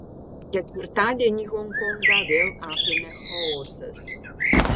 ketvirtadienį honkongą vėl apėmė chaosas